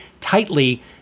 tightly